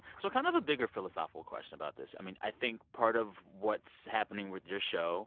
so a kind of a bigger philosophical question about this. i mean, i think part of what's happening with your show